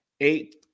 eight